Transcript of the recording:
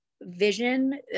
vision